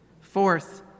Fourth